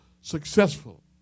successful